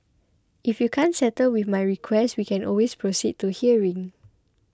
if you can't settle with my request we can always proceed to hearing